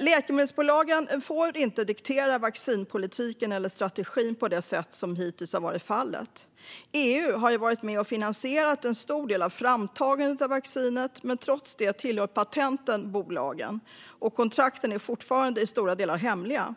Läkemedelsbolagen får inte diktera vaccinpolitiken eller strategin på det sätt som hittills har varit fallet. EU har varit med och finansierat en stor del av framtagandet av vaccinet, men trots det tillhör patenten bolagen och kontrakten är fortfarande i stora delar hemliga.